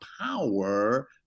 power